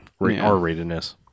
R-ratedness